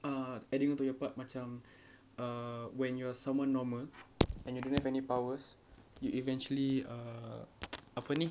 uh adding to your part macam uh when you're someone normal and you don't have any powers you eventually uh apa ni